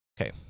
Okay